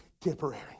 temporary